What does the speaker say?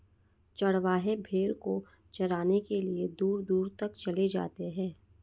चरवाहे भेड़ को चराने के लिए दूर दूर तक चले जाते हैं